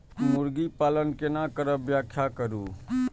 मुर्गी पालन केना करब व्याख्या करु?